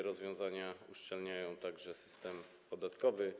Rozwiązania uszczelniają także system podatkowy.